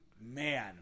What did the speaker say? man